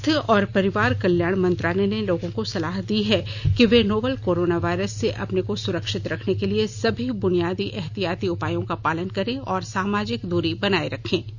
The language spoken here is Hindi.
स्वास्थ्य और परिवार कल्याण मंत्रालय ने लोगों को सलाह दी है कि वे नोवल कोरोना वायरस से अपने को सुरक्षित रखने के लिए सभी बुनियादी एहतियाती उपायों का पालन करें और सामाजिक दूरी बनाए रखें